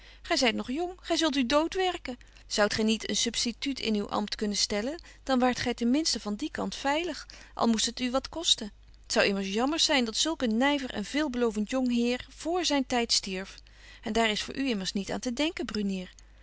gy zyt nog jong gy zult u dood werken zoudt gy niet een substitut in uw ampt kunnen stellen dan waart gy ten minsten van dien kant veilig al moest het u wat kosten t zou immers jammer zyn dat zulk een nyver en veelbelovent jong heer vr zyn tyd stierf en daar is voor u immers niet aan te denken brunier